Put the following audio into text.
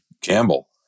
Campbell